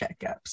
checkups